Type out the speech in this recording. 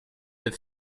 had